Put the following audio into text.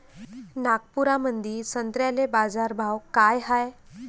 नागपुरामंदी संत्र्याले बाजारभाव काय हाय?